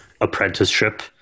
apprenticeship